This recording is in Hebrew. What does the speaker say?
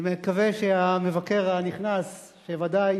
אני מקווה שהמבקר הנכנס, שוודאי